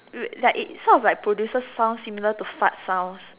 wait like it sort of produces sounds similar to fart sounds